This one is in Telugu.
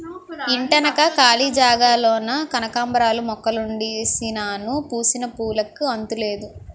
ఇంటెనక కాళీ జాగాలోన కనకాంబరాలు మొక్కలుడిసినాను పూసిన పువ్వులుకి అంతులేదు